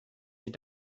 they